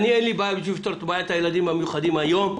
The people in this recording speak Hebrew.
אין לי בעיה בשביל לפתור את בעיית הילדים המיוחדים היום